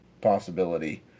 possibility